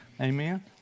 Amen